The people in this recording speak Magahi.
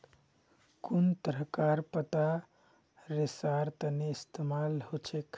कुन तरहकार पत्ता रेशार तने इस्तेमाल हछेक